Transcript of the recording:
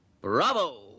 Bravo